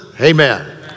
Amen